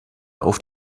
auf